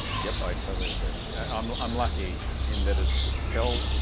yep, i totally agree. i'm um lucky in that it's felt,